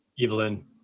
Evelyn